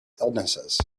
illnesses